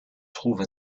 trouve